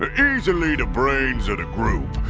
ah easily the brains of the group,